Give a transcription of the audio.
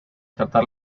tratar